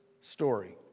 story